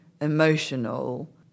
emotional